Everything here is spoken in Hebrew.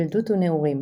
ילדות ונעורים